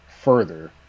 further